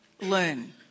learn